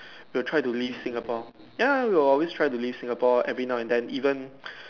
you are try to leave Singapore ya we are always try to leave Singapore every now and then even